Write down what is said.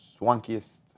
swankiest